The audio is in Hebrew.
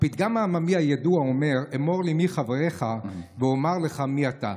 הפתגם העממי הידוע אומר: אמור לי מי חברייך ואומר לך מי אתה.